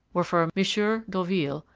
were for monsieur d'orville,